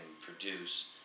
produce